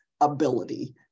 ability